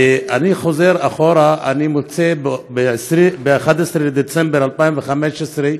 אני חוזר אחורה, אני מוצא ב-11 בדצמבר 2015,